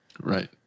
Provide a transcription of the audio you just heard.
Right